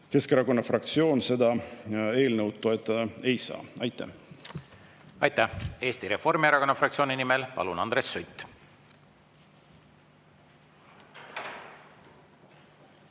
Keskerakonna fraktsioon seda eelnõu toetada ei saa. Aitäh! Aitäh! Eesti Reformierakonna fraktsiooni nimel, palun, Andres Sutt!